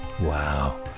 Wow